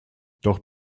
doch